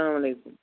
سلام علیکُم